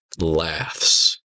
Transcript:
laughs